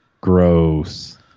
gross